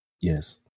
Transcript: Yes